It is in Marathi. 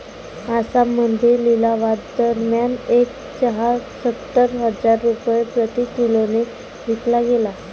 आसाममध्ये लिलावादरम्यान एक चहा सत्तर हजार रुपये प्रति किलोने विकला गेला